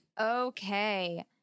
okay